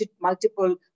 multiple